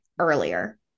earlier